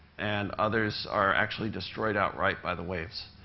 and others are actually destroyed outright by the waves.